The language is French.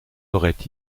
auraient